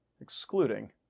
Excluding